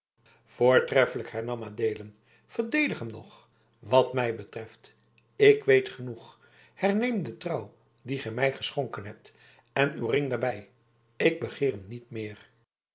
voortreffelijk hernam adeelen verdedig hem nog wat mij betreft ik weet genoeg herneem de trouw die gij mij geschonken hebt en uw ring daarbij ik begeer hem niet meer